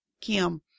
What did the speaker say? Kim